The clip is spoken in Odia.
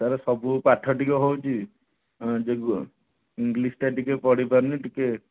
ତା'ର ସବୁ ପାଠ ଟିକିଏ ହେଉଛି ଯେ ଇଂଗ୍ଲିଶ୍ଟା ଟିକିଏ ପଢ଼ିପାରୁନି ଟିକିଏ